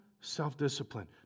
self-discipline